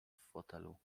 fotelu